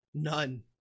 None